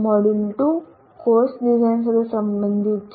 module two course design સાથે સંબંધિત છે